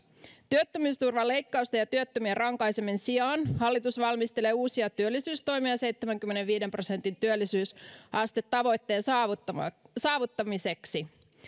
työttömyysturvan leikkausten ja työttömien rankaisemisen sijaan hallitus valmistelee uusia työllisyystoimia seitsemänkymmenenviiden prosentin työllisyysastetavoitteen saavuttamiseksi saavuttamiseksi